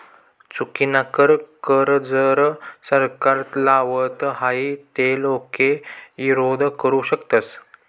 चुकीनाकर कर जर सरकार लावत व्हई ते लोके ईरोध करु शकतस